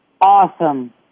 Awesome